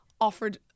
offered